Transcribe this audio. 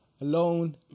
Alone